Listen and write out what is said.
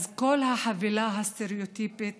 כל החבילה הסטריאוטיפית